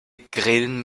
grillen